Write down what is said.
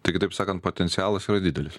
tai kitaip sakant potencialas yra didelis